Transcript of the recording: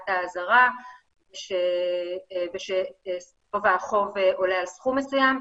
האזהרה וגובה החוב עולה על סכום מסוים,